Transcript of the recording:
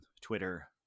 twitter